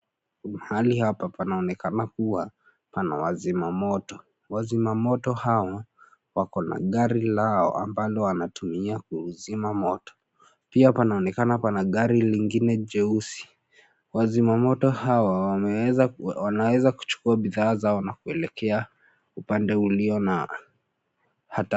Mahali hapa panaonekana kuwa pana wazimamoto. Wazimamoto hao, wakona gari lao ambalo wanatumia kuzima moto. Pia panaonekana pana gari lingine jeusi. Wazimamoto hawa wameweza wanaweza kuchukua bidhaa zao na kuelekea upande uliona hatari.